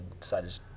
decided